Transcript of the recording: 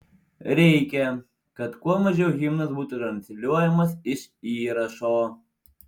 reikia kad kuo mažiau himnas būtų transliuojamas iš įrašo